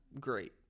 great